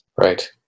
Right